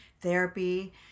therapy